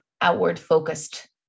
outward-focused